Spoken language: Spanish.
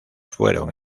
fueron